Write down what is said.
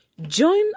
Join